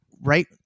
right